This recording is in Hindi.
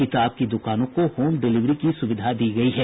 किताब की दुकानों को होम डिलिवरी की सुविधा दी गयी है